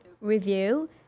review